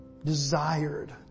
desired